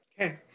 Okay